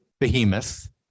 Behemoth